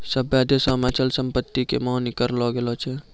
सभ्भे देशो मे अचल संपत्ति के मान्य करलो गेलो छै